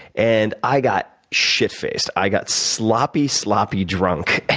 and i got shitfaced. i got sloppy, sloppy drunk,